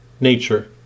nature